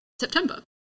September